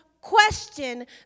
question